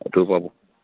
এইটো পাব